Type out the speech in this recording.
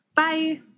Bye